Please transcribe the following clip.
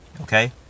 Okay